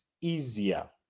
easier